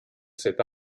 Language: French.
cet